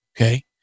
okay